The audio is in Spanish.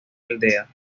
aldea